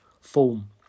form